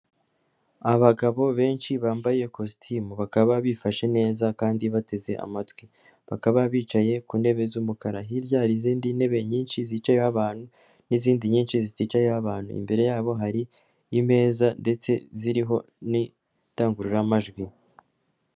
Abagabo benshi bambaye kositimu, bakaba bifashe neza kandi bateze amatwi, bakaba bicaye ku ntebe z'umukara, hirya hari izindi ntebe nyinshi zicayeho abantu, n'izindi nyinshi ziticayeho abantu, imbere yabo hari imeza ndetse ziriho n'indangururamajwi.